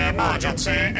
Emergency